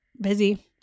busy